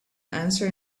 answer